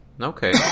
Okay